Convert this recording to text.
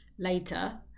later